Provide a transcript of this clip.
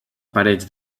parets